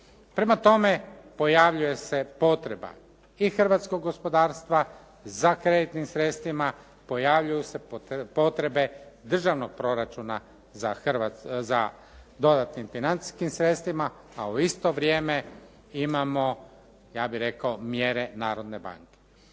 Prema tome, pojavljuje se potreba i hrvatskog gospodarstva za kreditnim sredstvima, pojavljuju se potrebe državnog proračuna za dodatnim financijskim sredstvima, a u isto vrijeme imamo, ja bih rekao mjere Narodne banke.